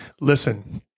listen